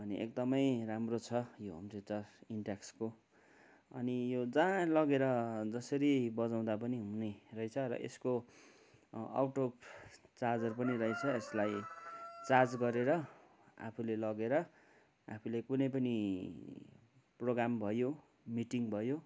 अनि एकदमै राम्रो छ यो होम थिएटर इन्टेक्सको अनि यो जहाँ लगेर जसरी बजाउँदा पनि हुने रहेछ र यसको आउटपुट चार्जर पनि रहेछ यसलाई चार्ज गरेर आफूले लगेर आफूले कुनै पनि प्रोग्राम भयो मिटिङ भयो